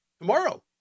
tomorrow